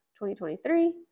2023